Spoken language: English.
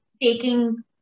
taking